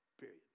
period